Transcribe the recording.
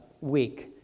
week